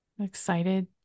excited